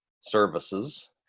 services